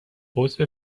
عضو